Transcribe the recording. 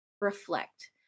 reflect